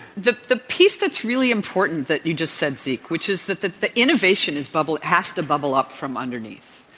the the piece that's really important that you just said, zeke, which is that the the innovation is bubble has to bubble up from underneath.